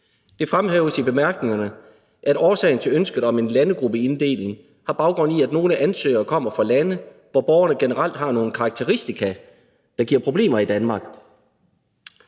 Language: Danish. Det fremhæves i bemærkningerne, at årsagen til ønsket om en landegruppeinddeling har baggrund i, at nogle ansøgere kommer fra lande, hvor borgerne generelt har nogle karakteristika, der giver problemer i Danmark.